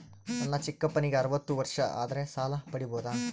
ನನ್ನ ಚಿಕ್ಕಪ್ಪನಿಗೆ ಅರವತ್ತು ವರ್ಷ ಆದರೆ ಸಾಲ ಪಡಿಬೋದ?